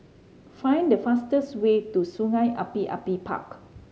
find the fastest way to Sungei Api Api Park